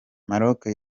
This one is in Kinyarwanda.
maroc